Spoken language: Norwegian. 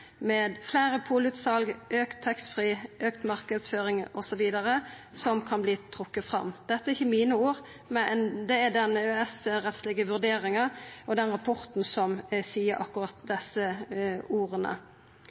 med fleire polutsal, auka taxfree-handel, auka marknadsføring osv. – kan verta trekt fram. Dette er ikkje mine ord. Det er den EØS-rettslege vurderinga og den rapporten som inneheld akkurat desse orda.